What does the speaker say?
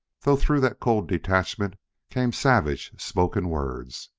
though through that cool self-detachment came savage spoken words.